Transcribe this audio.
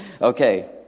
Okay